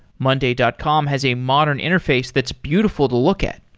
monday dot com has a modern interface that's beautiful to look at.